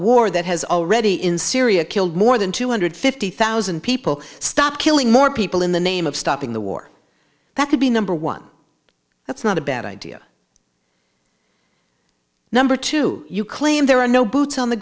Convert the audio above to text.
war that has already in syria killed more than two hundred fifty thousand people stop killing more people in the name of stopping the war that could be number one that's not a bad idea number two you claim there are no boots on the